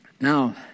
Now